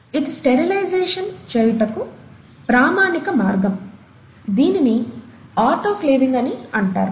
ఇది స్టెరిలైజేషన్ చేయుటకు ప్రామాణిక మార్గం దీనిని ఆటోక్లేవింగ్ అని అంటారు